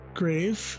grave